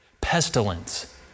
pestilence